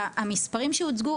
המספרים שהוצגו,